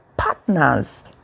partners